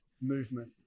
movement